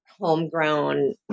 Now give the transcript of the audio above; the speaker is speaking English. homegrown